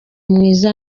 mwiza